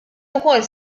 ukoll